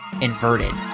inverted